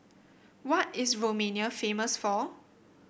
what is Romania famous for